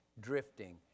Drifting